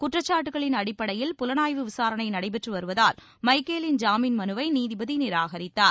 குற்றச்சாட்டுக்களின் அடிப்படையில் புலனாய்வு விசாரணை நடைபெற்று வருவதால் எமக்கேலின் ஜாமீன் மனுவை நீதிபதி நிராகரித்தார்